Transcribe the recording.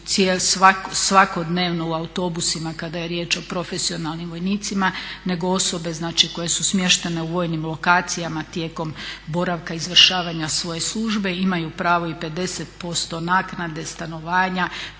svakodnevno u autobusima kada je riječ o profesionalnim vojnicima nego osobe znači koje su smještene u vojnim lokacijama tijekom boravka i izvršavanja svoje službe imaju pravo i 50% naknade stanovanja